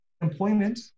employment